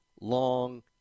long